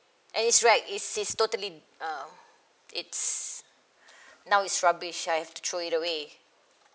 and it's right it is totally uh it's now is rubbish I have to throw it away